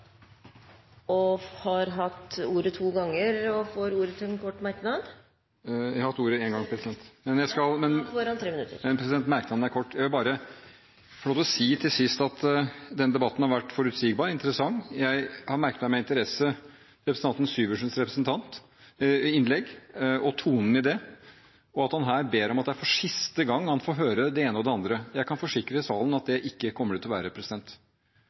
Det har vi fått med dagens vedtak. Så håper jeg det er siste gang vi får høre at vi stemmer imot noe vi er for. Jeg vil bare få lov til å si til sist at denne debatten har vært forutsigbar og interessant. Jeg merket meg med interesse representanten Syversens innlegg og tonen i det og at han her ber om at det er siste gang han får høre det ene og det andre. Jeg kan forsikre salen om at det kommer det ikke til å være.